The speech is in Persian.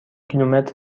کیلومتر